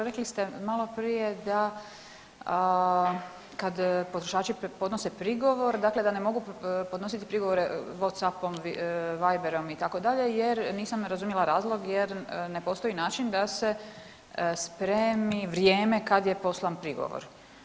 Rekli ste maloprije da kada potrošači podnose prigovor, dakle da ne mogu podnositi prigovore Whatsappom, Viberom, itd., jer, nisam razumjela razlog jer ne postoji način da se spremi vrijeme kad je poslan prigovor.